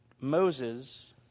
Moses